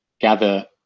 gather